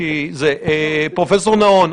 פרופ' נהון,